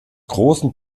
großen